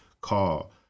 call